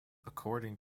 according